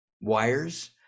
wires